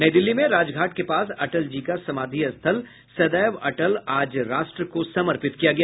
नई दिल्ली में राजघाट के पास अटल जी का समाधि स्थल सदैव अटल आज राष्ट्र को समर्पित किया गया